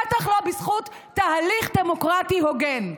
בטח לא בזכות תהליך דמוקרטי הוגן.